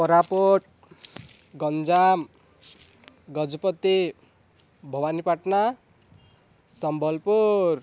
Koraput Ganjam Gajapati Bhawanipatna Sambalpur